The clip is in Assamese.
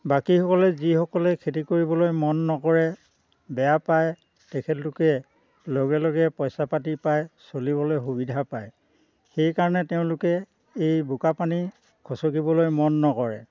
বাকীসকলে যিসকলে খেতি কৰিবলৈ মন নকৰে বেয়া পায় তেখেত লোকে লগে লগে পইচা পাতি পাই চলিবলৈ সুবিধা পায় সেইকাৰণে তেওঁলোকে এই বোকাপানী গচকিবলৈ মন নকৰে